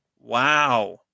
wow